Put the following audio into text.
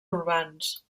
urbans